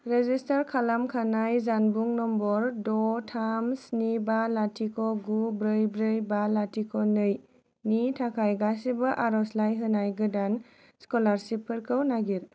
register खालामखानाय जानबुं number द' थाम स्नि बा लथिख' गु ब्रै ब्रै बा लथिख' नै नि थाखाय गासिबो आरजलाइ होनाय गोदान स्कलारशिपफोरखौ नागिर